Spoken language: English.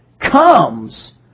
Comes